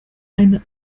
eine